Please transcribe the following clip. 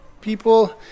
People